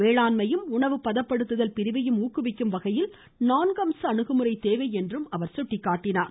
வேளாண்மையையும் உணவு பதப்படுத்துதல் பிரிவையும் ஊக்குவிக்கும் வகையில் நான்கு அம்ச அணுகுமுறை தேவை என்று அவர் கூறினார்